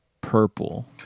purple